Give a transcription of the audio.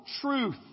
truth